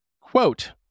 Quote